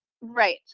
right